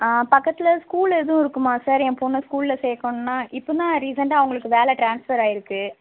ஆ பக்கத்தில் ஸ்கூல் எதுவும் இருக்குமா சார் என் பொண்ணை ஸ்கூலில் சேர்க்கணும்னா இப்போ தான் ரீசெண்டாக அவங்களுக்கு வேலை ட்ரான்ஸ்பெர் ஆகிருக்கு